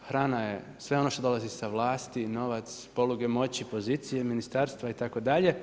Hrana je se ono što dolazi sa vlasti, novac, poluge moći, pozicije, ministarstva itd.